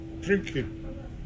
drinking